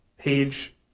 Page